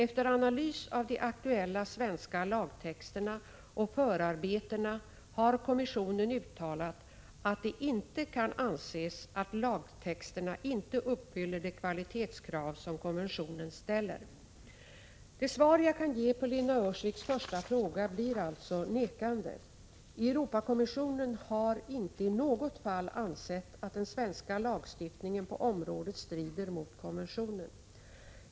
Efter analys av de aktuella svenska lagtexterna och förarbetena har kommissionen uttalat att det inte kan anses att lagtexterna inte uppfyller det kvalitetskrav som konventionen ställer. Det svar jag kan ge på Lena Öhrsviks första fråga blir alltså nekande. Europakommissionen har inte i något fall ansett att den svenska lagstiftningen på området strider mot konventionen.